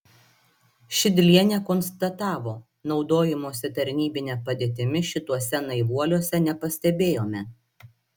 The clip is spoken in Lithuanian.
šidlienė konstatavo naudojimosi tarnybine padėtimi šituose naivuoliuose nepastebėjome